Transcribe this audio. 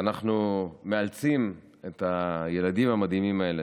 שאנחנו מאלצים את הילדים המדהימים האלה,